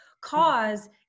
Cause